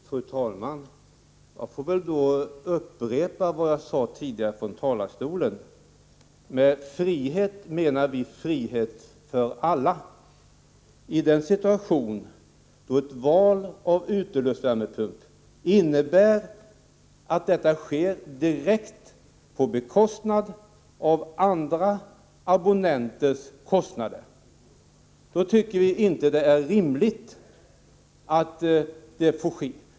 Fru talman! Jag får väl då upprepa vad jag sade tidigare från talarstolen. Med frihet menar vi frihet för alla. När ett val av uteluftsvärmepump sker på andra abonnenters bekostnad tycker vi inte att det är rimligt att detta val får ske.